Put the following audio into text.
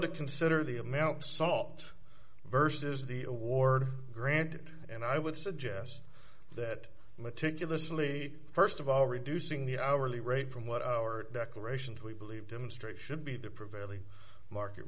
to consider the amount of salt vs the award granted and i would suggest that meticulously st of all reducing the hourly rate from what our declarations we believe demonstrate should be the prevailing market